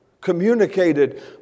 communicated